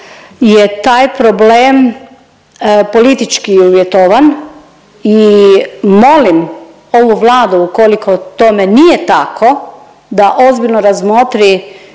je taj problem politički uvjetovan i molim ovu Vladu ukoliko tome nije tako da ozbiljno razmotri